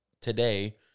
today